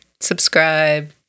subscribe